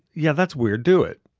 yeah, that's weird. do it.